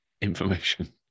information